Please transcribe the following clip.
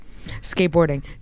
skateboarding